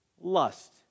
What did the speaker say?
lust